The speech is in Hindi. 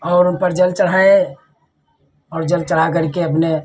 और उन पर जल चढ़ाए और जल चढ़ा करके अपने